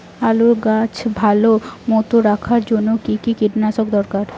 আলুর গাছ ভালো মতো রাখার জন্য কী কী কীটনাশক দরকার?